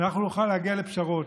אנחנו נוכל להגיע לפשרות.